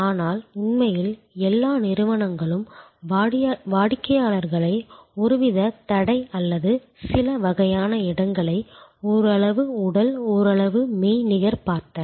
ஆனால் உண்மையில் எல்லா நிறுவனங்களும் வாடிக்கையாளர்களை ஒருவித தடை அல்லது சில வகையான இடங்களை ஓரளவு உடல் ஓரளவு மெய்நிகர் பார்த்தன